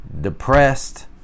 depressed